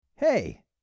Hey